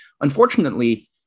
unfortunately